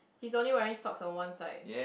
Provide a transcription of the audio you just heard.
he is only wearing socks on one side